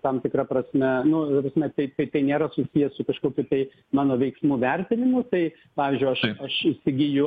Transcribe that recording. tam tikra prasme nu ta prasme tai tai tai nėra susiję su kažkokiu tai mano veiksmų vertinimu tai pavyzdžiui aš aš įsigyju